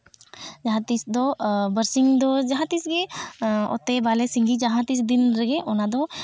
ᱡᱟᱦᱟᱸ ᱛᱤᱥ ᱫᱚ ᱵᱟᱨᱥᱤᱧ ᱫᱚ ᱡᱟᱦᱟᱸ ᱛᱤᱥ ᱜᱮ ᱚᱛᱮ ᱵᱟᱞᱮ ᱥᱤᱸᱜᱤ ᱡᱟᱦᱟᱸ ᱛᱤᱥ ᱫᱤᱱ ᱨᱮᱜᱮ ᱚᱱᱟᱫᱚ